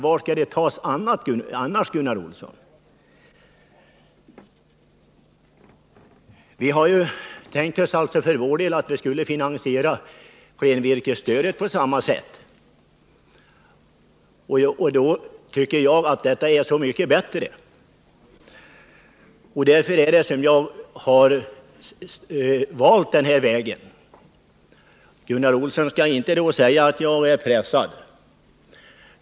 Var skall de tas annars, Gunnar Olsson? Vi har ju för vår del tänkt oss att vi skulle finansiera klenvirkesstödet på samma sätt, och jag tycker att detta är mycket bättre. Därför har jag valt den här vägen. Gunnar Olsson skall inte då säga att jag är pressad.